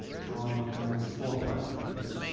colin montgomerie four putted from here.